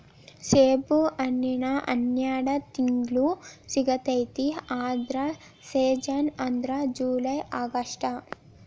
ಸೇಬುಹಣ್ಣಿನ ಹನ್ಯಾಡ ತಿಂಗ್ಳು ಸಿಗತೈತಿ ಆದ್ರ ಸೇಜನ್ ಅಂದ್ರ ಜುಲೈ ಅಗಸ್ಟ